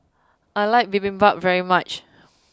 I like Bibimbap very much